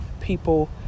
people